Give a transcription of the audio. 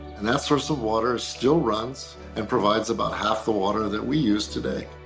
and that source of water still runs and provides about half the water that we use today.